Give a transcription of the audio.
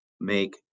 make